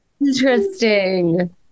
Interesting